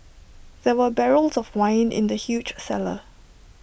there were barrels of wine in the huge cellar